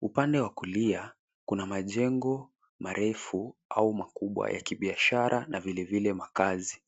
Upande wa kulia kuna majengo marefu au makubwa ya kibiashara na vile vile makazi.